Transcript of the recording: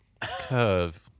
curve